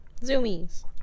Zoomies